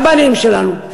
לבנים שלנו,